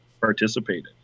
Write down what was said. participated